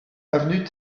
avenue